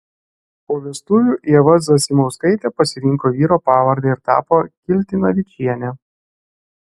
po vestuvių ieva zasimauskaitė pasirinko vyro pavardę ir tapo kiltinavičiene